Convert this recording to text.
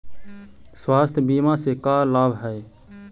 स्वास्थ्य बीमा से का लाभ है?